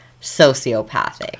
sociopathic